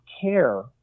care